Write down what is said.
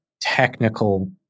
technical